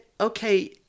okay